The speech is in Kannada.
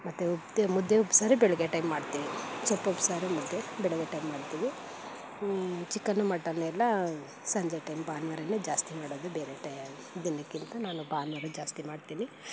ಮತ್ತು ಮುದ್ದೆ ಮುದ್ದೆ ಉಪ್ಸಾರು ಬೆಳಗ್ಗೆ ಟೈಮ್ ಮಾಡ್ತೀವಿ ಸೊಪ್ಪು ಉಪ್ಸಾರು ಮುದ್ದೆ ಬೆಳಗ್ಗೆ ಟೈಮ್ ಮಾಡ್ತೀವಿ ಚಿಕನ್ನು ಮಟನ್ನು ಎಲ್ಲ ಸಂಜೆ ಟೈಮ್ ಭಾನುವಾರನೇ ಜಾಸ್ತಿ ಮಾಡೋದು ಬೇರೆ ಟೈ ದಿನಕ್ಕಿಂತ ನಾನು ಭಾನುವಾರ ಜಾಸ್ತಿ ಮಾಡ್ತೀನಿ